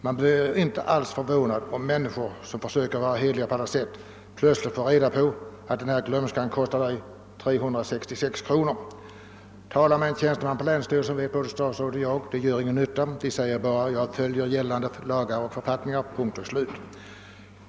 Man blir inte förvånad över reaktionen hos människor som på alla sätt försöker vara hederliga och så plötsligt får reda på att sådan här glömska kostar dem 366 kronor. Talar man med en tjänsteman på länsstyrelsen gör det ingen nytta — det vet både statsrådet och jag. Vederbörande säger bara: Jag följer gällande lagar och författningar — punkt och slut.